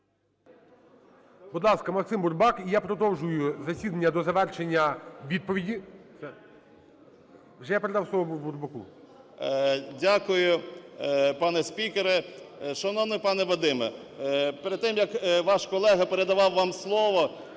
Дякую, пане спікере. Шановний пане Вадиме, перед тим, як ваш колега передавав вам слово,